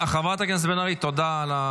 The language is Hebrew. זו לא הצעה לסדר-היום.